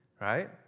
right